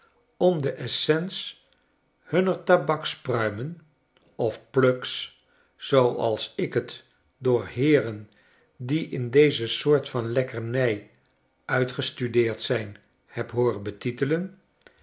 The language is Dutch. om de essence hunner tabakspruimen of plugs zooals ik t door heeren die in deze soort van lekkernij uitgestudeerd zijn heb hooren betitelen